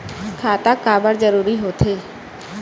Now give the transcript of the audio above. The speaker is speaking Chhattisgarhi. खाता काबर जरूरी हो थे?